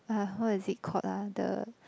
ah what is it called ah the